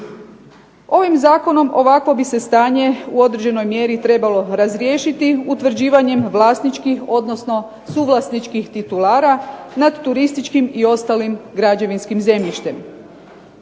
Ovim zakonom ovakvo bi se stanje u određenoj mjeri trebalo razriješiti utvrđivanjem vlasničkih, odnosno suvlasničkih titulara nad turističkim i ostalim građevinskim zemljištem.